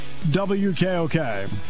WKOK